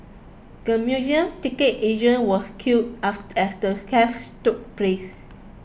the museum ticket agent was killed as the theft took place